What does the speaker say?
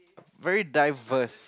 very diverse